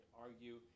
argue